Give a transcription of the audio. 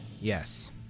Yes